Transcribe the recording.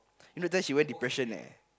you know then she went depression eh